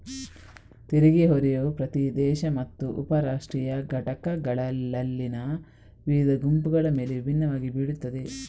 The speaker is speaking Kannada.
ತೆರಿಗೆ ಹೊರೆಯು ಪ್ರತಿ ದೇಶ ಮತ್ತು ಉಪ ರಾಷ್ಟ್ರೀಯ ಘಟಕಗಳಲ್ಲಿನ ವಿವಿಧ ಗುಂಪುಗಳ ಮೇಲೆ ವಿಭಿನ್ನವಾಗಿ ಬೀಳುತ್ತದೆ